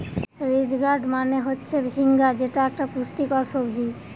ridge gourd মানে হচ্ছে ঝিঙ্গা যেটা একটা পুষ্টিকর সবজি